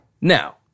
Now